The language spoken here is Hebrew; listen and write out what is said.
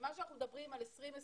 שנת 2020,